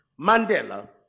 Mandela